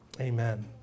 Amen